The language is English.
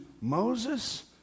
Moses